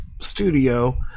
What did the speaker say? studio